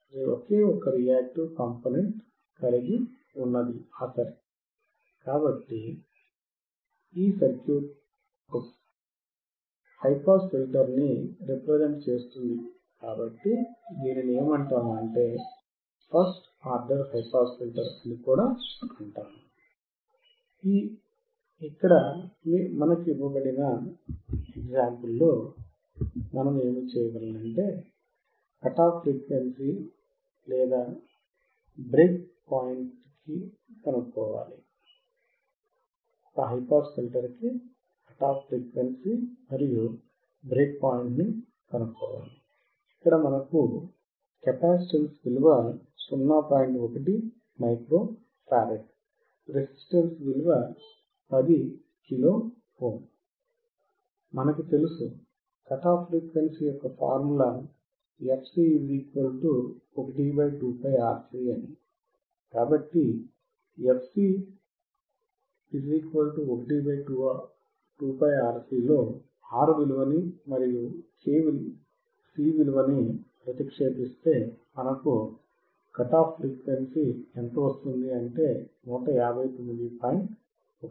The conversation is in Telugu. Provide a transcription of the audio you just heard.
యాక్టివ్ హైపాస్ ఫిల్టర్ అంటే ఏమిటి